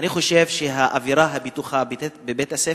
אני חושב שהאווירה הבטוחה בבית-הספר,